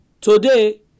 Today